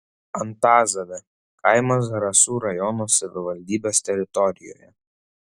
antazavė kaimas zarasų rajono savivaldybės teritorijoje